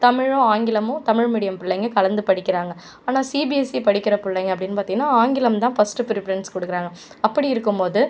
தமிழும் ஆங்கிலமும் தமிழ் மீடியம் பிள்ளைங்க கலந்து படிக்கிறாங்க ஆனால் சிபிஎஸ்இ படிக்கிற பிள்ளைங்கள் அப்படின்னு பார்த்தீங்கன்னா ஆங்கிலம் தான் ஃபஸ்ட் பிரிஃபரன்ஸ் கொடுக்கறாங்க அப்படி இருக்கும் போது